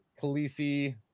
Khaleesi